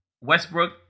Westbrook